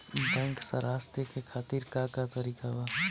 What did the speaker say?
Bank सराश देखे खातिर का का तरीका बा?